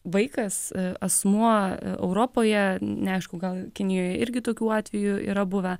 vaikas asmuo europoje neaišku gal kinijoje irgi tokių atvejų yra buvę